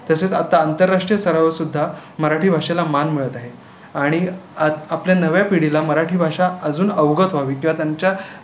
तसेच आत्ता आंतरराष्ट्रीय स्तरावर सुद्धा मराठी भाषेला मान मिळत आहे आणि आत आपल्या नव्या पिढीला मराठी भाषा अजून अवगत व्हावी किंवा त्यांच्या